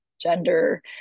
gender